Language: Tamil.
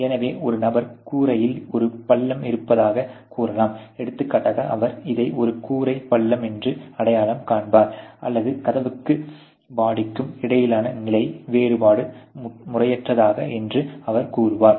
எனவே ஒரு நபர் கூரையில் ஒரு பள்ளம் இருப்பதாகக் கூறலாம் எடுத்துக்காட்டாக அவர் இதை ஒரு கூரைப் பள்ளம் என்று அடையாளம் காண்பார் அல்லது கதவுக்கும் பாடிக்கும் இடையிலான நிலை வேறுபாடு முறையற்றது என்று அவர் கூறுவார்